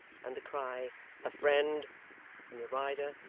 and the cry a friend from the rider,